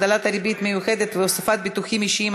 (הגדלת הריבית המיוחדת והוספת ביטוחים אישיים),